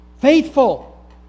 Faithful